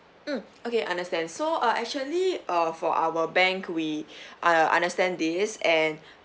mm okay understand so uh actually uh for our bank we are understand this and